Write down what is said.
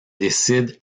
décide